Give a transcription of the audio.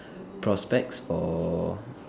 prospects for